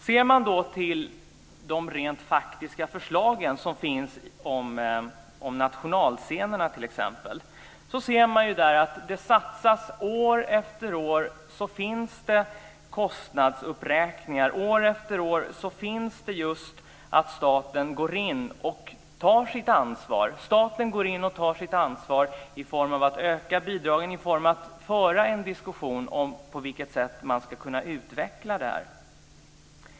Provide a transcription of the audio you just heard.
Ser man till de rent faktiska förslagen om t.ex. nationalscenerna finns det år efter år kostnadsuppräkningar, och år efter år går staten in och tar sitt ansvar. Staten tar sitt ansvar i form av ökade bidrag, i form av att föra en diskussion om på vilket sätt man ska kunna utveckla det här.